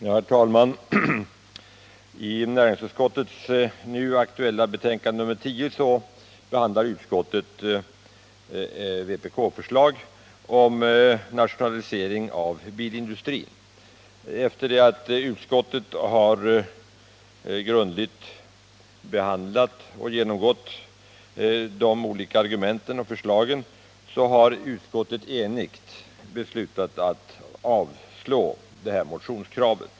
Herr talman! I näringsutskottets nu aktuella betänkande nr 10 behandlar utskottet vpk-förslag om nationalisering av bilindustrin. Efter att grundligt ha behandlat och gått igenom de olika argumenten och förslagen har utskottet enhälligt beslutat att avstyrka motionen.